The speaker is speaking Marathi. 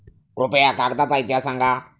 कृपया कागदाचा इतिहास सांगा